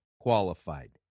qualified